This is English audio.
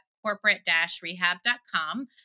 corporate-rehab.com